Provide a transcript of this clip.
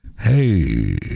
hey